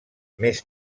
més